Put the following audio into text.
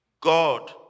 God